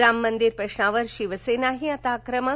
राममंदीर प्रश्नावर शिवसेनाही आता आक्रमक